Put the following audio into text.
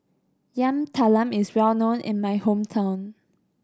Yam Talam is well known in my hometown